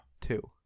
two